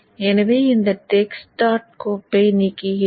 எனவே இந்த text dot கோப்பை நீக்குகிறேன்